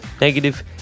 negative